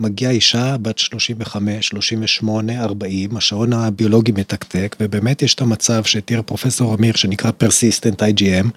‫מגיעה אישה בת 35, 38, 40, ‫השעון הביולוגי מתקתק, ‫ובאמת יש את המצב שתאר פרופ' עמיר, ‫שנקרא Persistent IGM.